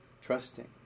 trusting